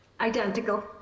Identical